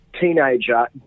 teenager